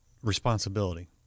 responsibility